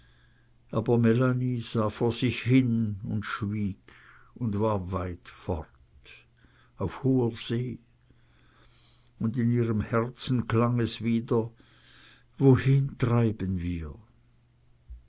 aber melanie sah vor sich hin und schwieg und war weit fort auf hoher see und in ihrem herzen klang es wieder wohin treiben wir